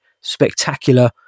spectacular